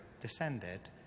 descended